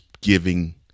giving